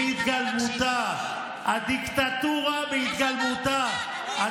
ועובדה שאתם גם מבקשים,